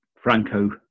Franco